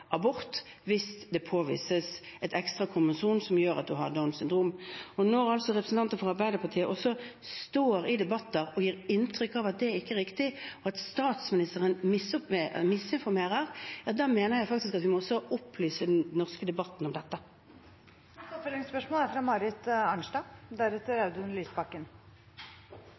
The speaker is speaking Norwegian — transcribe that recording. abort hvis det påvises et ekstra kromosom, som betyr at fosteret har Downs syndrom. Når representanter fra Arbeiderpartiet også står i debatter og gir inntrykk av at det ikke er riktig, og at statsministeren misinformerer, mener jeg faktisk at vi også må opplyse den norske debatten om dette. Marit Arnstad – til oppfølgingsspørsmål.